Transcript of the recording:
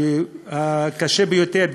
הקשה ביותר,